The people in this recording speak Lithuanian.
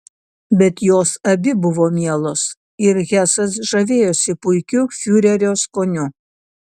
bet jos abi buvo mielos ir hesas žavėjosi puikiu fiurerio skoniu